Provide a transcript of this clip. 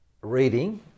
reading